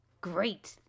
Great